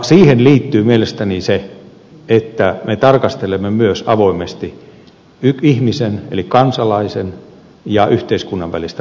siihen liittyy mielestäni se että me tarkastelemme myös avoimesti ihmisen eli kansalaisen ja yhteiskunnan välistä vastuuta